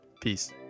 Peace